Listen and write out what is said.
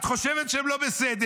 את חושבת שהם לא בסדר,